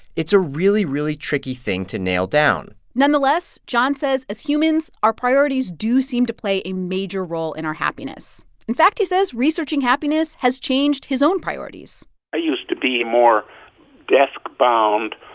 it's a really, really tricky thing to nail down nonetheless, john says, as humans, our priorities do seem to play a major role in our happiness. in fact, he says, researching happiness has changed his own priorities i used to be more desk-bound,